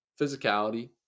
Physicality